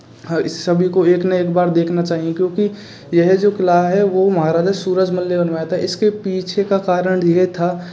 इस सभी को एक न एक बार देखना चाहिए क्योंकि यह जो किला है वो महराजा सूरजमल ने बनवाया था इसके पीछे का कारण ये था